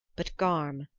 but garm,